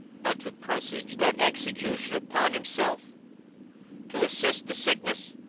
but to presage that execution upon himself to assist the sickness,